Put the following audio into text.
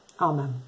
Amen